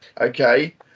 Okay